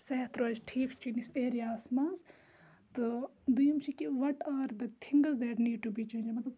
صحت روزِ ٹھیٖک چھُ أنِس ایریاہَس منٛز تہٕ دوٚیِم چھِ کہِ what are the things that need to be change مطلب